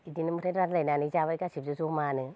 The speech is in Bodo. बिदिनो ओमफाय रानलायनानै जाबाय गासैबो जमानो